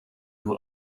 who